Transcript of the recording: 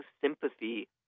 sympathy